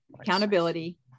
accountability